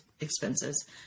expenses